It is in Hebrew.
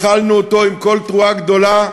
התחלנו אותו בקול תרועה גדולה,